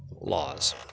laws